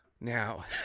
now